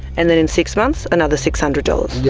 and then in six months, another six hundred dollars? yeah